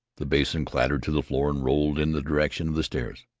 the basin clattered to the floor and rolled in the direction of the stairs.